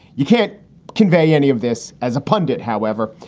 you can't convey any of this as a pundit, however,